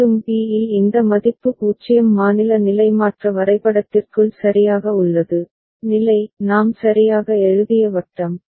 மேலும் b இல் இந்த மதிப்பு 0 மாநில நிலைமாற்ற வரைபடத்திற்குள் சரியாக உள்ளது நிலை நாம் சரியாக எழுதிய வட்டம்